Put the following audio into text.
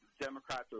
Democrats